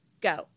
Go